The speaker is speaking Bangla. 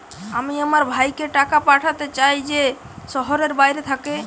আমি আমার ভাইকে টাকা পাঠাতে চাই যে শহরের বাইরে থাকে